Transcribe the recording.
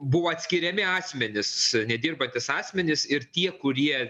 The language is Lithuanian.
buvo atskiriami asmenys nedirbantys asmenys ir tie kurie